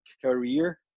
career